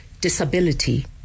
disability